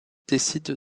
décide